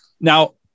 Now